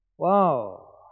Wow